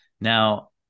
Now